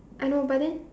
I know but then